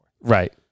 Right